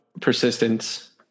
persistence